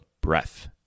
breath